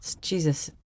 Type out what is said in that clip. Jesus